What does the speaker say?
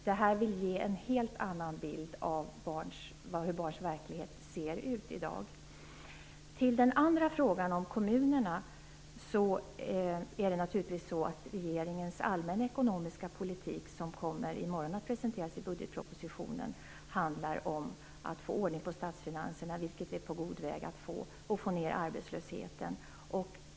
Detta ger en helt annan bild av hur barns verklighet ser ut i dag. När det gäller den andra frågan om kommunerna handlar regeringens allmänna politik naturligtvis om att man skall få ordning på statsfinanserna - vilket vi är på god väg att få - och få ned arbetslösheten.